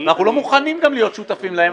אנחנו לא מוכנים גם להיות שותפים להם.